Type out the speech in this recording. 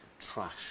trash